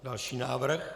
Další návrh.